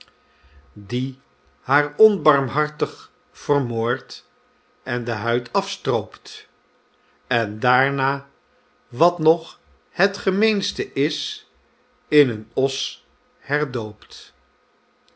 die haar onbarmhartig vermoordt en de huid afstroopt en daarna wat nog het gemeenste is in een os herdoopt